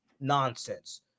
nonsense